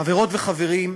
חברות וחברים,